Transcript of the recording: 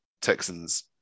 Texans